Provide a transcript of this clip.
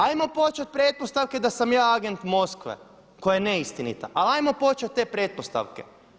Ajmo početi od pretpostavke da sam ja agent Moskve koja je neistinita, ali 'ajmo početi od te pretpostavke.